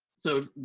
so,